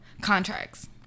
contracts